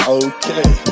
okay